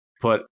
put